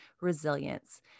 resilience